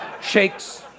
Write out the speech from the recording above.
Shakes